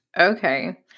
Okay